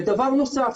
דבר נוסף,